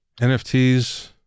NFTs